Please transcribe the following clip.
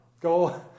go